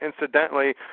incidentally